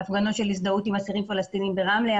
הפגנות של הזדהות עם עצירים פלסטיניים ברמלה,